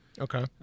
Okay